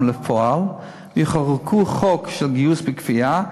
לפועל ויחוקקו חוק של גיוס בכפייה,